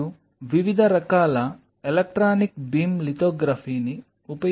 నేను వివిధ రకాల ఎలక్ట్రానిక్ బీమ్ లితోగ్రఫీని ఉపయోగించి చేసాను